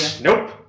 Nope